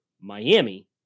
Miami